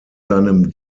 seinem